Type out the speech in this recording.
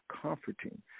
comforting